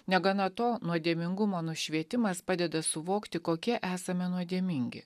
negana to nuodėmingumo nušvietimas padeda suvokti kokie esame nuodėmingi